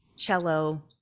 cello